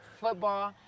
football